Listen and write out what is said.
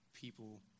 people